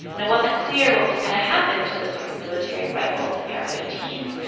and it wasn't clear what was going to happen to this sort of military rifles, the air fifteen s,